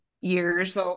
years